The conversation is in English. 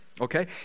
Okay